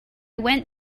went